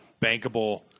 bankable